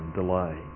delay